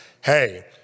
Hey